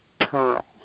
pearl